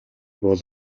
бол